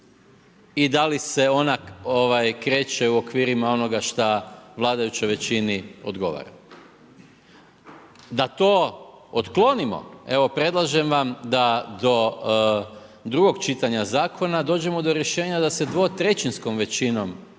i da li se ona kreće u okvirima onog šta vladajućoj većini odgovara. Da to otklonimo, evo predlažem vam da do drugog čitanja zakona, dođemo do rješenja da se 2/3 većinom